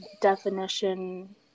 definition